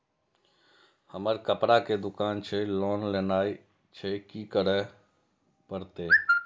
हमर कपड़ा के दुकान छे लोन लेनाय छै की करे परतै?